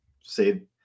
say